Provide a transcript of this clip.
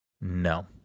No